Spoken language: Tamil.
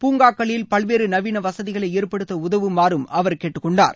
பூங்காக்களில் பல்வேறு நவீன வசதிகளை ஏற்படுத்த உதவுமாறு அவர் கேட்டுக்கொண்டார்